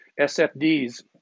SFDs